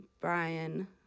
Brian